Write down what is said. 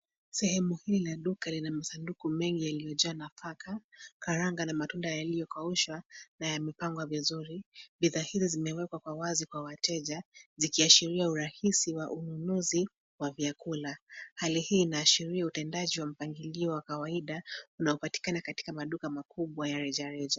sehemu hii ina duka lina masanduku mengi yaliyo jaa nafaka karanga na matunda yaliyo kaushwa na yamepangwa vizuri bidhaa hizo zimewekwa kwa wazi kwa wateja zikiashiria urahisi wa ununuzi wa vyakula. Hali hii inashiria utendaji wa mpangilio wa kawaida unaopatikana katika maduka makubwa ya reja reja.